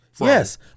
Yes